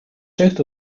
south